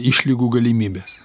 išlygų galimybės